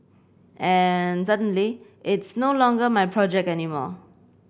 and suddenly it's no longer my project anymore